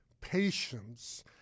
patience